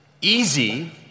easy